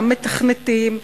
גם מתכנתים,